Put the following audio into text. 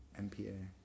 MPA